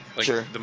Sure